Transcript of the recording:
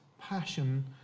passion